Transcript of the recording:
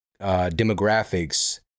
demographics